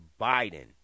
Biden